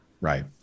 Right